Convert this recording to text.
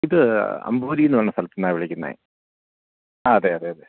ഇത് അമ്പൂരിയെന്ന് പറഞ്ഞ സ്ഥലത്തുനിന്നാണ് വിളിക്കുന്നത് ആ അതെ അതെ അതെ